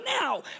now